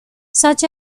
such